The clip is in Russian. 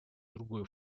другой